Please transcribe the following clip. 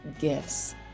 gifts